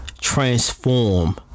Transform